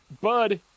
Bud